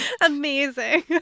Amazing